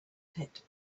pit